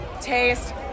taste